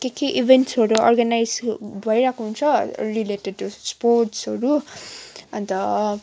के के इभेन्टहरू अर्गनाइज भइरहेको हुन्छ रिलेटेड स्पोर्ट्सहरू अन्त